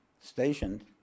stationed